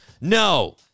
No